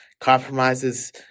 compromises